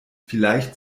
vielleicht